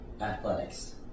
Athletics